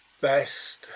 best